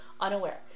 unaware